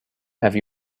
have